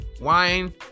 Wine